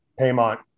Paymont